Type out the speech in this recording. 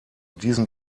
diesem